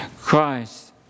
Christ